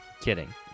Kidding